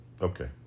Okay